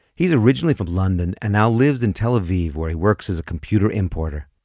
he's originally from london, and now lives in tel aviv where he works as a computer importer.